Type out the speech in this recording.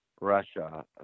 Russia